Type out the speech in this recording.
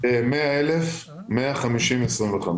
זה 100,000, 100, 50 ו-25.